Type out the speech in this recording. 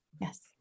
Yes